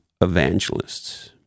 evangelists